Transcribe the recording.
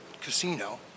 Casino